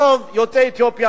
רוב יוצאי אתיופיה,